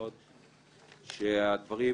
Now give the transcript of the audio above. שייאמרו.